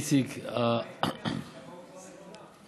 איציק, עניין של שמאות לא נכונה.